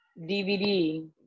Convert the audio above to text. DVD